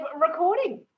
recording